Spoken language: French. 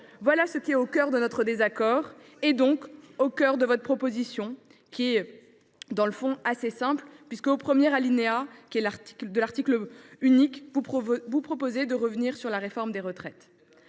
Ce qui est au cœur de notre désaccord et, donc, au cœur de votre proposition est au fond assez simple : au premier alinéa de l’article unique, vous proposez de revenir sur la réforme des retraites.